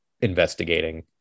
investigating